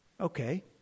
Okay